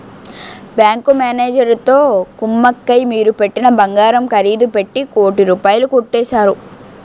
bank మేనేజరుతో కుమ్మక్కై మీరు పెట్టిన బంగారం ఖరీదు పెట్టి కోటి రూపాయలు కొట్టేశారు